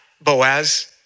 Boaz